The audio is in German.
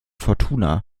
fortuna